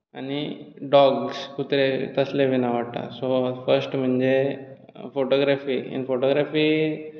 आनी डॉग्स कुत्रे तसले बी आवडटा सो फर्स्ट म्हणजें फोटोग्राफी इन फोटोग्राफी